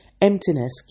emptiness